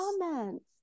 comments